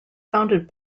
founded